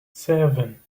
seven